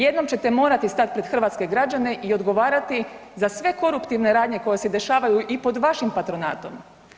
Jednom ćete morati stat pred hrvatske građane i odgovarati za sve koruptivne radnje koje se dešavaju i pod vašim patronatom.